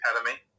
academy